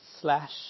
slash